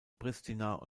pristina